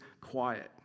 quiet